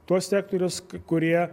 tuos sektorius kurie